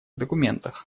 документах